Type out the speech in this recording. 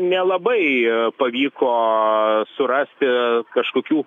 nelabai pavyko surasti kažkokių